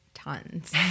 tons